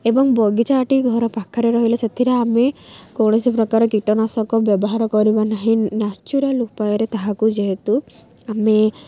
ଏବଂ ବଗିଚାଟି ଘର ପାଖରେ ରହିଲେ ସେଥିରେ ଆମେ କୌଣସି ପ୍ରକାର କୀଟନାଶକ ବ୍ୟବହାର କରିବା ନାହିଁ ନ୍ୟାଚୁରାଲ୍ ଉପାୟରେ ତାହାକୁ ଯେହେତୁ ଆମେ